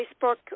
Facebook